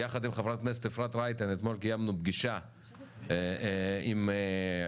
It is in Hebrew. אני יחד עם חברת הכנסת אפרת רייטן אתמול קיימנו פגישה עם הארגון,